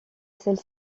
celle